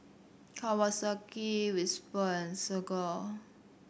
Kawasaki Whisper and Desigual